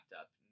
up